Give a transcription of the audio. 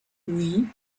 oui